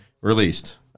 released